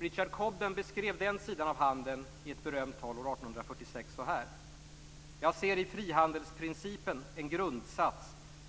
Richard Cobden beskrev den sidan av handeln i ett berömt tal år 1846 så här: "Jag ser i frihandelsprincipen en grundsats,